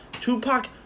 Tupac